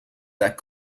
that